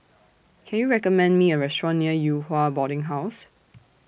Can YOU recommend Me A Restaurant near Yew Hua Boarding House